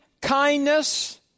kindness